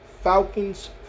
Falcons